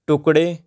ਟੁਕੜੇ